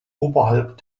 oberhalb